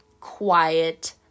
quiet